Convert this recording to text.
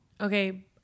Okay